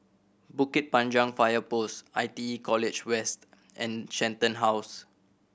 Bukit Panjang Fire Post I T E College West and Shenton House